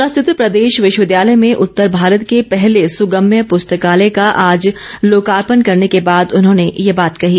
शिमला स्थित प्रदेश विश्वविद्यालय में उत्तर भारत के पहले सुगम्य प्रस्तकालय का आज लोकार्पण करने के बाद उन्होंने ये बात कही